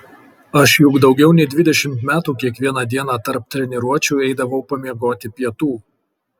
aš juk daugiau nei dvidešimt metų kiekvieną dieną tarp treniruočių eidavau pamiegoti pietų